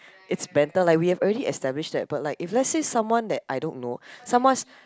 it's banter like we have already established that but like if lets say someone that I don't know someone